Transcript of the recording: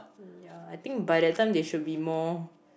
ya I think by that time they should be more